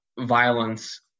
violence